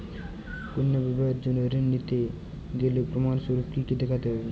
কন্যার বিবাহের জন্য ঋণ নিতে গেলে প্রমাণ স্বরূপ কী কী দেখাতে হবে?